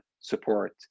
support